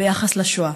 ביחס לשואה.